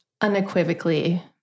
Unequivocally